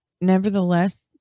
nevertheless